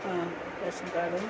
ration കാർഡും